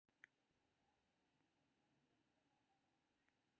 small business administration सेहो व्यवसाय करै लेल पूंजी प्रदान करै छै